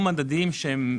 השלילה.